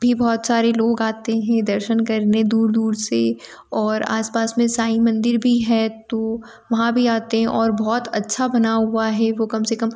भी बहुत सारे लोग आते हैं दर्शन करने दूर दूर से और आसपास में साईं मंदिर भी है तो वहाँ भी आते हैं और बहुत अच्छा बना हुआ है वो कम से कम